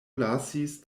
lasis